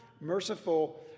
merciful